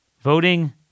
voting